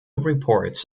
reports